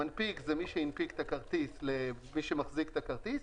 המנפיק זה שמחזיק את הכרטיס.